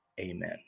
Amen